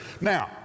Now